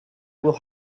will